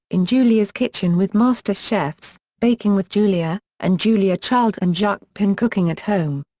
in julia's kitchen with master chefs, baking with julia, and julia child and jacques pepin cooking at home.